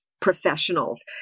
professionals